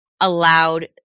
allowed